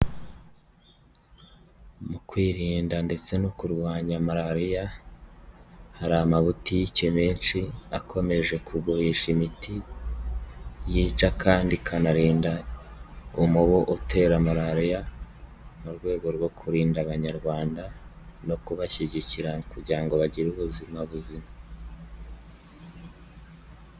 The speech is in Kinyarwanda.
Mu kwirinda ndetse no kurwanya malariya, hari amabutike menshi akomeje kugurisha imiti yica kandi ikanarinda umubu utera malariya, mu rwego rwo kurinda abanyarwanda no kubashyigikira kugira ngo bagire ubuzima buzima.